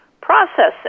processing